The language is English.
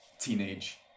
teenage